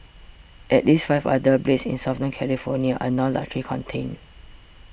at least five other blazes in Southern California are now largely contained